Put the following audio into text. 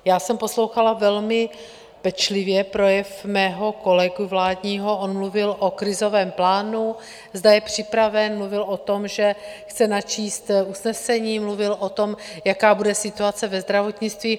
Já jsem poslouchala velmi pečlivě projev svého vládního kolegy, on mluvil o krizovém plánu, zda je připraven, mluvil o tom, že chce načíst usnesení, mluvil o tom, jaká bude situace ve zdravotnictví.